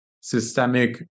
systemic